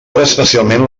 especialment